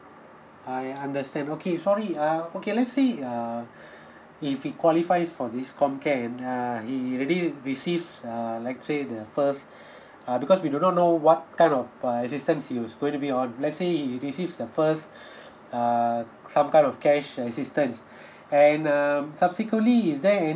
I understand okay sorry uh okay let's say uh if he qualifies for this comcare and uh he already received err let's say the first uh because we do not know what kind of err assistance he was going to be on let's say he receive the fist um some kind of cash assistance and um subsequently is there